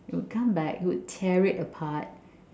he would come back he would tear it apart